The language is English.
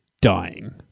dying